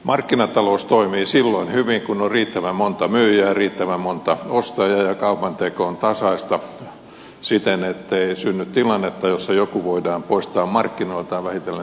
markkinatalous toimii silloin hyvin kun on riittävän monta myyjää ja riittävän monta ostajaa ja kaupanteko on tasaista siten ettei synny tilannetta jossa joku voidaan poistaa markkinoilta ja vähitellen saavuttaa monopoliasema